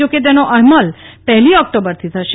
જો કે તેનો અમલ પહેલી ઓકટોબરથી થશે